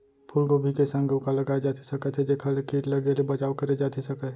फूलगोभी के संग अऊ का लगाए जाथे सकत हे जेखर ले किट लगे ले बचाव करे जाथे सकय?